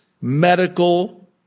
medical